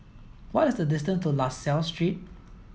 what the distance to La Salle Street